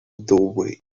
doorway